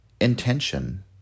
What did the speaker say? intention